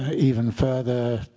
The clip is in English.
ah even further,